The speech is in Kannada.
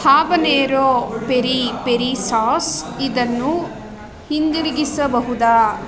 ಹಾಬನೇರೊ ಪೆರಿ ಪೆರಿ ಸಾಸ್ ಇದನ್ನು ಹಿಂದಿರುಗಿಸಬಹುದಾ